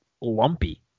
lumpy